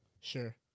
Sure